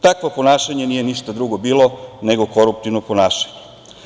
Takvo ponašanje nije ništa drugo bilo nego koruptivno ponašanje.